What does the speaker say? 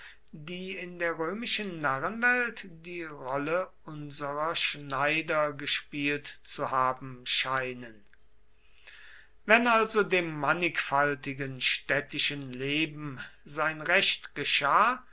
die in der römischen narrenwelt die rolle unserer schneider gespielt zu haben scheinen wenn also dem mannigfaltigen städtischen leben sein recht geschah